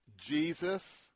Jesus